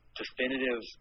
definitive